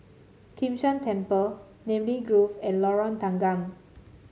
Kim San Temple Namly Grove and Lorong Tanggam